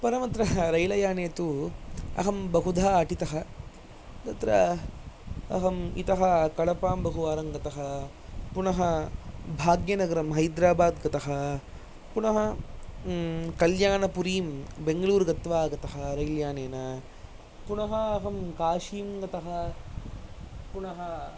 परमत्र रैलयाने तु अहं बहुधा अटितः तत्र अहं इतः कडपां बहुवारं गतः पुनः भाग्यनगरं हैद्राबाद् गतः पुनः कल्याणपुरीं बेङ्गलूर् गत्वा आगतः रैलयानेन पुनः अहं काशीं गतः पुनः